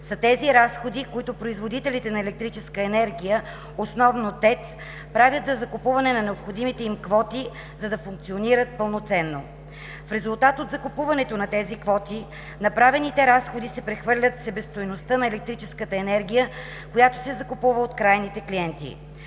са тези разходи, които производителите на електрическа енергия (основно ТЕЦ) правят за закупуване на необходимите им квоти, за да функционират пълноценно. В резултат от закупуването на тези квоти, направените разходи се прехвърлят в себестойността на електрическата енергия, която се закупува от крайните клиенти.